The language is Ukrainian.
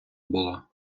було